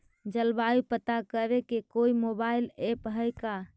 जलवायु पता करे के कोइ मोबाईल ऐप है का?